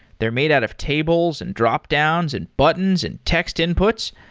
they're made out of tables, and dropdowns, and buttons, and text inputs.